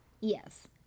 yes